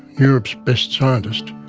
europe's best scientist,